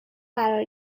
قرار